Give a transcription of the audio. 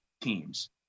teams